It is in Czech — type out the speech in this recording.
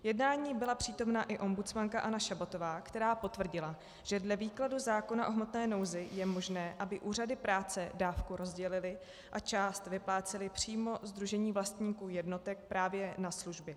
Jednání byla přítomna i ombudsmanka Anna Šabatová, která potvrdila, že dle výkladu zákona o hmotné nouzi je možné, aby úřady práce dávku rozdělily a část vyplácely přímo sdružení vlastníků jednotek právě na služby.